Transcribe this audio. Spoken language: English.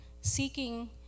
seeking